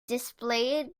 displayed